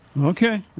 Okay